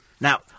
Now